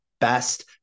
best